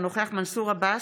אינו נוכח מנסור עבאס,